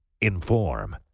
inform